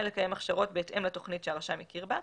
לקיים הכשרות בהתאם לתוכנית שהרשם הכיר בה,